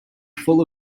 full